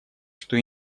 что